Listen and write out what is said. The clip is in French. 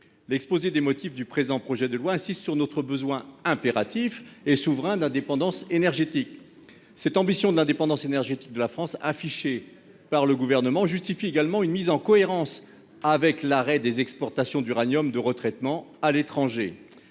l'exposé des motifs du projet de loi que nous examinons insiste sur « notre besoin impératif et souverain d'indépendance énergétique ». Cette ambition de l'indépendance énergétique de la France affichée par le Gouvernement justifie une mise en cohérence avec l'arrêt des exportations d'uranium de retraitement à l'étranger.